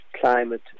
climate